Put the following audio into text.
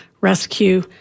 rescue